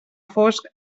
fosc